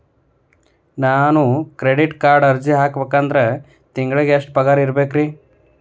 ನಾನು ಕ್ರೆಡಿಟ್ ಕಾರ್ಡ್ಗೆ ಅರ್ಜಿ ಹಾಕ್ಬೇಕಂದ್ರ ತಿಂಗಳಿಗೆ ಎಷ್ಟ ಪಗಾರ್ ಇರ್ಬೆಕ್ರಿ?